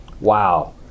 Wow